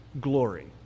glory